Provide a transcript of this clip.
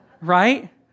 right